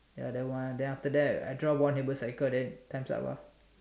ya that one then after that I draw one ever cycle then times up lah